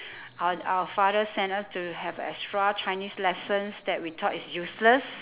our our father send us to have extra chinese lessons that we thought is useless